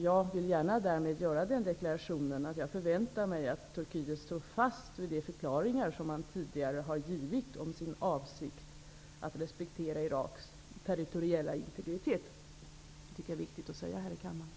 Jag vill därmed gärna göra den deklarationen, att jag förväntar mig att Turkiet står fast vid de förklaringar som man tidigare har givit om sin avsikt att respektera Iraks territoriella integritet. Det är viktigt att säga det här i kammaren.